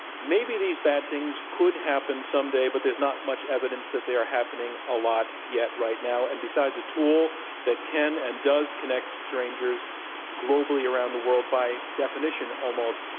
maybe these bad things could happen someday but there's not much evidence that they are happening a lot yet right now. and besides a tool that can and does connect strangers globally around the world by definition, almost,